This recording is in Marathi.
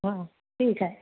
हा ठीक आहे